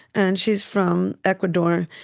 and she's from ecuador.